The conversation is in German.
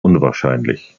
unwahrscheinlich